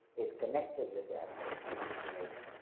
is connected with the asymmetry of information,